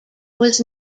was